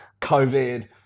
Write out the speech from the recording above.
covid